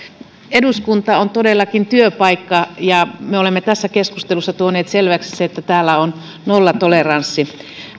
eduskunta on todellakin työpaikka ja me olemme tässä keskustelussa tuoneet selväksi sen että täällä on nollatoleranssi